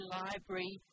library